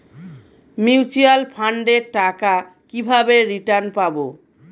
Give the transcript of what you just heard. Mutual ফান্ডের টাকা কিভাবে রিটার্ন পাব?